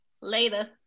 Later